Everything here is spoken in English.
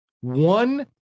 one